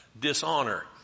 dishonor